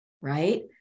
right